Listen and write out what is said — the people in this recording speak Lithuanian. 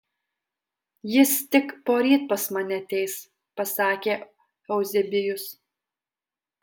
jis tik poryt pas mane ateis pasakė euzebijus